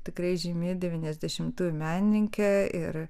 tikrai žymi devyniasdešimtųjų menininkė ir